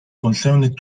concerned